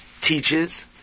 teaches